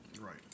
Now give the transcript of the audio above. Right